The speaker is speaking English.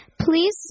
Please